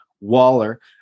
waller